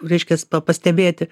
reiškias pa pastebėti